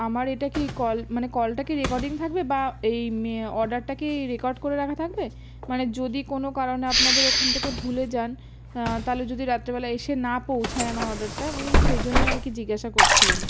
আমার এটা কি কল মানে কলটা কি রেকর্ডিং থাকবে বা এই অর্ডারটা কি রেকর্ড করে রাখা থাকবে মানে যদি কোনো কারণে আপনাদের ওখান থেকে ভুলে যান তাহলে যদি রাত্রেবেলা এসে না পৌঁছায় আমার অর্ডারটা আমি সেই জন্যই আর কি জিজ্ঞাসা করছিলাম